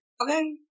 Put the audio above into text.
Okay